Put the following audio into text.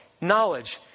Knowledge